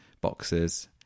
boxes